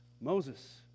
Moses